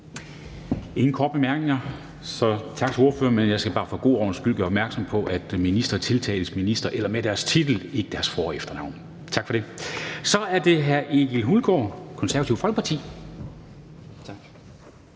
ingen korte bemærkninger, så tak til ordføreren. Jeg skal bare for god ordens skyld gøre opmærksom på, at ministre tiltales minister eller med deres titel og ikke deres for- og efternavn. Tak for det. Kl. 10:28 (Ordfører) Egil Hulgaard (KF): Som det er sagt